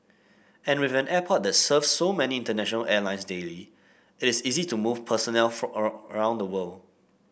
and with an airport that serves so many international airlines daily it is easy to move personnel for all around the world